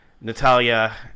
Natalia